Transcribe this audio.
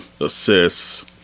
assists